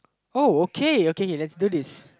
oh okay okay let's do this